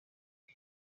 cye